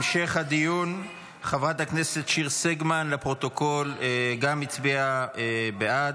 לפרוטוקול, חברת הכנסת שיר סגמן גם הצביעה בעד,